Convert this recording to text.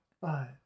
five